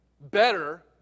better